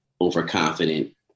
overconfident